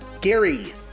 Gary